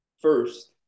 first